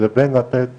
לבין לתת